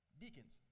deacons